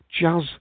jazz